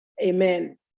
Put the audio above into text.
Amen